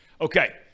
Okay